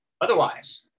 Otherwise